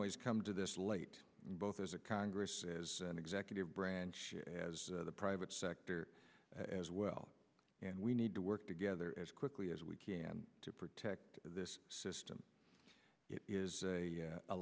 ways come to this late both as a congress as an executive branch as the private sector as well and we need to work together as quickly as we can to protect this system is a